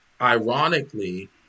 ironically